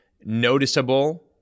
noticeable